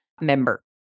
member